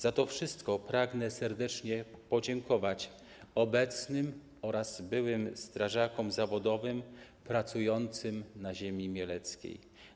Za to wszystko pragnę serdecznie podziękować obecnym oraz byłym strażakom zawodowym pracującym na ziemi mieleckiej.